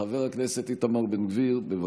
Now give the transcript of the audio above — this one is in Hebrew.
חבר הכנסת איתמר בן גביר, בבקשה.